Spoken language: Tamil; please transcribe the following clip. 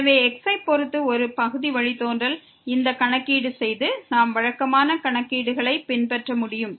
எனவே x ஐ பொறுத்து ஒரு பகுதி வழித்தோன்றலை கணக்கீடு செய்யும் போது நாம் வழக்கமான கணக்கீடுகளை பின்பற்ற முடியும்